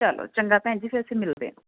ਚਲੋ ਚੰਗਾ ਭੈਣ ਜੀ ਫਿਰ ਅਸੀਂ ਮਿਲਦੇ ਆ